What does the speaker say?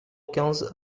quinze